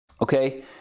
Okay